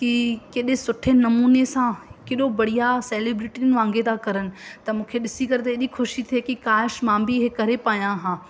कि केॾे सुठे नमूने सां केॾो बढ़िया सेलिब्रिटियुनि वांगुरु था करनि त मूंखे ॾिसी करे त एॾी ख़ुशी थिए की काश मां बि हे करे पायां हा